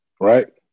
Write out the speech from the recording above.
right